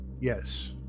Yes